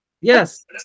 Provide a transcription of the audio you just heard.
Yes